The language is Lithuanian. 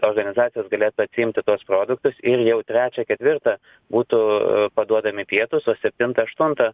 organizacijos galėtų atsiimti tuos produktus ir jau trečią ketvirtą būtų paduodami pietūs o septintą aštuntą